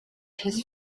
his